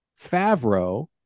Favreau